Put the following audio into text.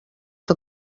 que